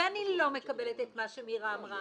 ואני לא מקבלת את מה שמירה אמרה.